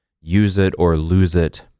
use-it-or-lose-it